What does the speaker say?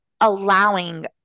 allowing